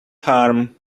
harm